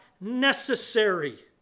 necessary